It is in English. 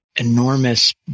enormous